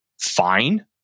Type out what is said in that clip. fine